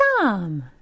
Tom